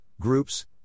groups